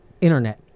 internet